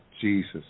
Jesus